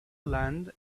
land